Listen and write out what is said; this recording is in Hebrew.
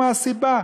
מה הסיבה,